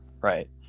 right